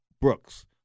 Brooks